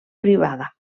privada